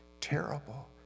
terrible